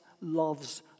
loves